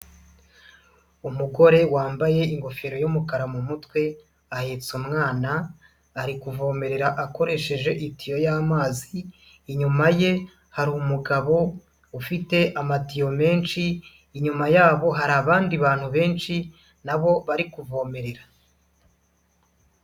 Umugore wambaye ingofero y'umukara mu mutwe, ahetse umwana, ari kuvomerera akoresheje itiyo y'amazi, inyuma ye hari umugabo ufite amatiyo menshi, inyuma yabo hari abandi bantu benshi na bo bari kuvomerera.